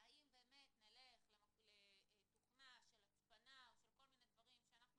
האם באמת נלך לתוכנה של הצפנה או של כל מיני דברים שאנחנו